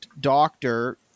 Doctor